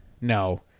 no